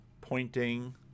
pointing